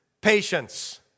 patience